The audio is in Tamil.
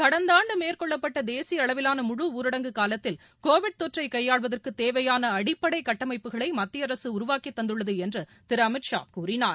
கடந்த ஆண்டு மேற்கொள்ளப்பட்ட தேசிய அளவிலான முழு ஊரடங்கு காலத்தில் கோவிட் தொற்றை கையாள்வதற்கு தேவையான அடிப்படை கட்டமைப்புகளை மத்திய அரசு உருவாக்கி தந்துள்ளது என்று திரு அமித்ஷா கூறினார்